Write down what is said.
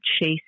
chase